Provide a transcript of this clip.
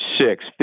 six